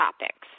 topics